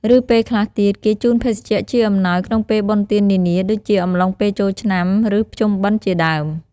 ឬពេលខ្លះទៀត គេជូនភេសជ្ជៈជាអំណោយក្នុងពេលបុណ្យទាននានា ដូចជាអំឡុងពេលចូលឆ្នាំ ឬ ភ្ជុំបិណ្ឌជាដើម។